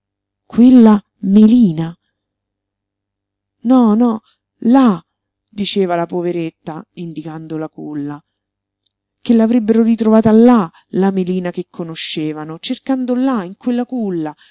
quella melina no no là diceva la poveretta indicando la culla che l'avrebbero ritrovata là la melina che conoscevano cercando là in quella culla